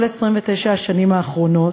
כל 29 השנים האחרונות,